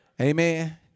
amen